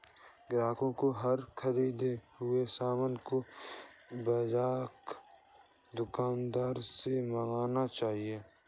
ग्राहकों को हर ख़रीदे हुए सामान का बीजक दुकानदार से मांगना चाहिए